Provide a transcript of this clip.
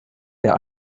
der